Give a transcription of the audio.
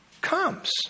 comes